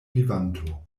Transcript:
vivanto